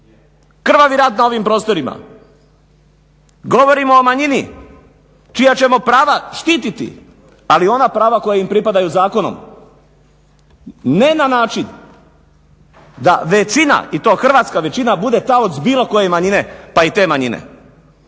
krvavi rat na ovim prostorima, govorimo o manjini čija ćemo prava štititi ali ona prava koja im pripadaju zakonom. Ne na način da većina, i to hrvatska većina, bude taoc bilo koje manjine pa i te manjine.